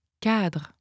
cadre